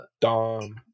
Dom